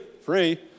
free